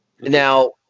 Now